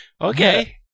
Okay